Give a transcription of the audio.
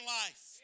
life